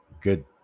good